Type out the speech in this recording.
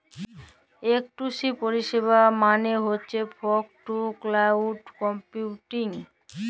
F two C পরিষেবা মালে হছ ফগ টু ক্লাউড কম্পিউটিং